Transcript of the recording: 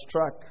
track